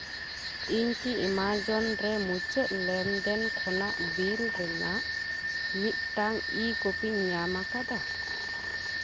ᱤᱧ ᱠᱤ ᱮᱢᱟᱡᱚᱱ ᱨᱮ ᱢᱩᱪᱟᱹᱫ ᱞᱮᱱᱫᱮᱱ ᱠᱷᱚᱱᱟᱜ ᱵᱤᱞ ᱨᱮᱱᱟᱜ ᱢᱤᱫᱴᱟᱱ ᱤ ᱠᱚᱯᱤᱧ ᱧᱟᱢ ᱟᱠᱟᱫᱟ